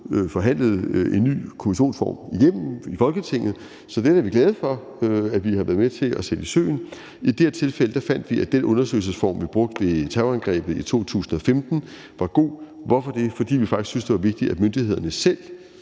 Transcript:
forhandlede en ny kommissionsform igennem i Folketinget. Så den er vi glade for at vi har været med til at sætte i søen. I det her tilfælde fandt vi, at den undersøgelsesform, der blev brugt ved terrorangrebet i 2015, var god. Og hvorfor gjorde vi det? Det gjorde vi, fordi vi faktisk syntes, det var vigtigt, at myndighederne selv